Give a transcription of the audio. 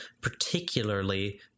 particularly